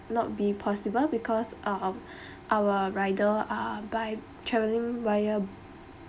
not be possible because um our our rider uh by travelling via